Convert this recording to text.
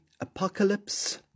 apocalypse